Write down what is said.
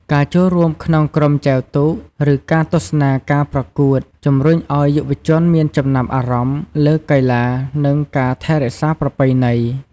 ការចូលរួមក្នុងក្រុមចែវទូក ឬការទស្សនាការប្រកួត ជំរុញឱ្យយុវជនមានចំណាប់អារម្មណ៍លើកីឡា និងការថែរក្សាប្រពៃណី។